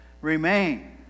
remain